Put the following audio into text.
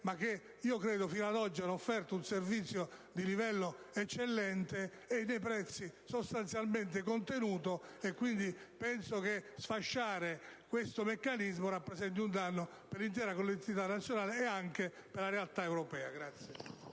a mio avviso fino ad oggi hanno offerto un servizio di livello eccellente e dei prezzi sostanzialmente contenuti. Penso che sfasciare questo meccanismo rappresenti un danno per l'intera collettività nazionale e anche per la realtà europea.